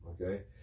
okay